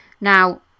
Now